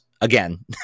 again